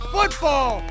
Football